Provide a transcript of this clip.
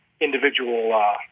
individual